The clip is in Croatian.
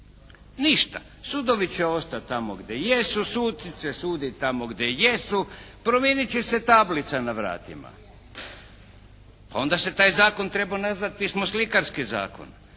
Ništa. Sudovi će ostati tamo gdje jesu, suci će suditi tamo gdje jesu, promijeniti će se tablica na vratima. Onda se taj zakon trebao nazvati pismoslikarski zakon,